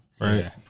Right